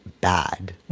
bad